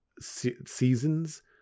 seasons